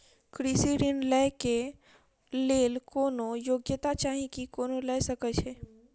कृषि ऋण लय केँ लेल कोनों योग्यता चाहि की कोनो लय सकै है?